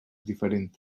diferent